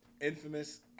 Infamous